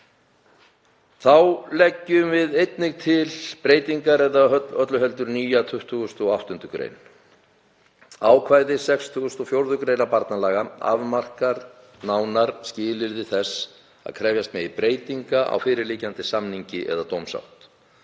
Þá leggjum við einnig til breytingar eða öllu heldur nýja 28. gr. Ákvæði 64. gr. barnalaga afmarkar nánar skilyrði þess að krefjast megi breytinga á fyrirliggjandi samningi eða dómsátt.